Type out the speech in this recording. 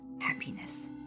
happiness